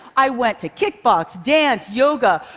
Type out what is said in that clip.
i went to kickbox, dance, yoga,